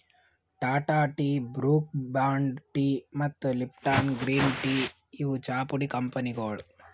Tata tea, Brooke Bond tea ಮತ್ತ್ Lipton green tea ಇವ್ ಚಾಪುಡಿ ಕಂಪನಿಗೊಳ್